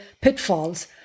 pitfalls